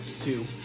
two